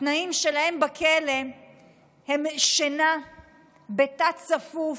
התנאים שלהם בכלא הם שינה בתא צפוף,